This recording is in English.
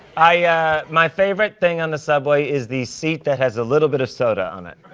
i my favorite thing on the subway is the seat that has a little bit of soda on it.